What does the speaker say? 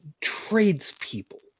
tradespeople